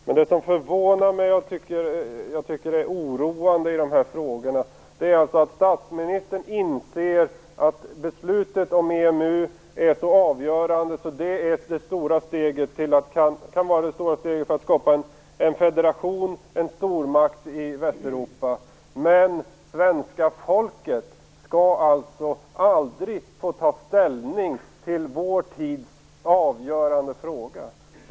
Men det som förvånar mig och som jag tycker är oroande i de här frågorna är att statsministern inser att beslutet om EMU är så avgörande att det kan vara det stora steget för att skapa en federation, en stormakt, i Västeuropa, men svenska folket skall aldrig få ta ställning till den avgörande frågan i vår tid.